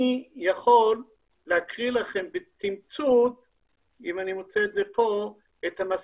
אני יכול לקרוא לכם בתמצות את המסקנות